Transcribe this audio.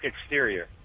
exterior